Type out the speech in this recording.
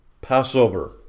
Passover